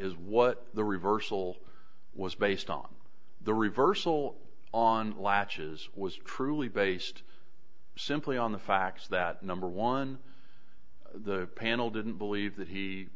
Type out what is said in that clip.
is what the reversal was based on the reversal on latches was truly based simply on the facts that number one the panel didn't believe that he